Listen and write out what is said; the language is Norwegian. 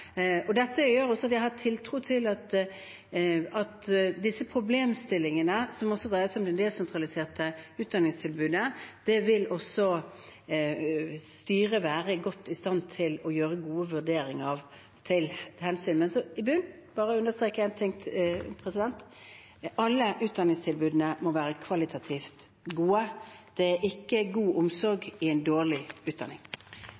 Dette gjør også at jeg har tiltro til at disse problemstillingene, som også dreier seg om det desentraliserte utdanningstilbudet, vil styret være godt i stand til å gjøre gode vurderinger av og ta hensyn til. Men i bunnen – for bare å understreke én ting – alle utdanningstilbudene må være kvalitativt gode. Det er ikke god omsorg i en dårlig utdanning.